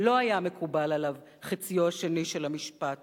ולא היה מקובל עליו חציו השני של המשפט,